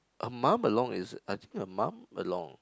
her mum along is I think her mum along